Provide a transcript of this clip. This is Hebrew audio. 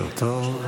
בוקר טוב.